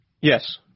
Yes